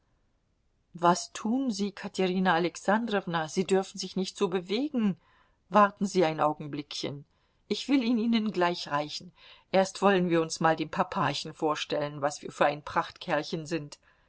was tun sie katerina alexandrowna sie dürfen sich nicht so bewegen warten sie ein augenblickchen ich will ihn ihnen gleich reichen erst wollen wir uns mal dem papachen vorstellen was wir für ein prachtkerlchen sind